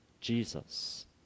Jesus